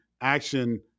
action